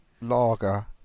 lager